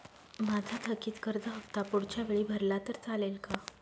माझा थकीत कर्ज हफ्ता पुढच्या वेळी भरला तर चालेल का?